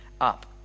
up